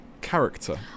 Character